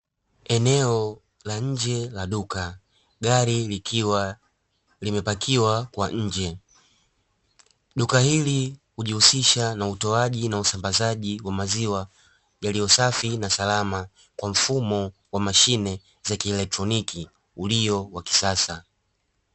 Eneo la nje la duka, gari likiwa limepakiwa kwa nje. Duka hili hujihusisha na utoaji na usambazaji wa maziwa, yaliyo safi na salama kwa mfumo wa mashine za kielekroniki, ulio wa kisasa.